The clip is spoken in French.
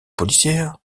policières